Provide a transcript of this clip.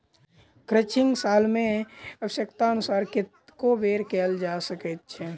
crutching साल मे आव्श्यकतानुसार कतेको बेर कयल जा सकैत छै